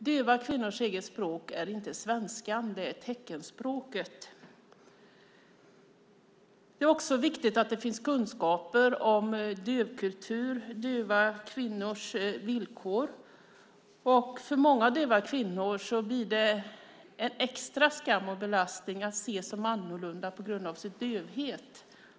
Döva kvinnors eget språk är inte svenskan utan teckenspråket. Det är också viktigt att det finns kunskaper om dövkultur, om döva kvinnors villkor. För många döva kvinnor blir det en extra skam och belastning att av omgivningen ses som annorlunda på grund av dövheten.